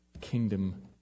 kingdom